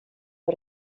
per